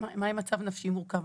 עם מצב נפשי מורכב?